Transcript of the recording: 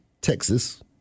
Texas